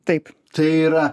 taip tai yra